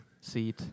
seat